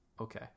Okay